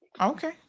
Okay